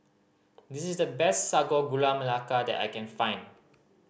this is the best Sago Gula Melaka that I can find